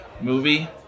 Movie